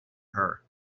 her